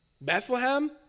Bethlehem